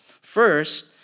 First